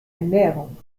ernährung